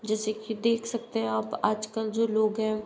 जैसे कि देख सकते हैं आप आज कल जो लोग हैं